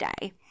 day